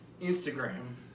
Instagram